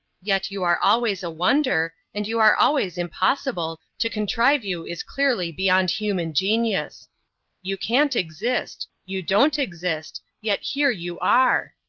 yet you are always a wonder, and you are always impossible to contrive you is clearly beyond human genius you can't exist, you don't exist, yet here you are!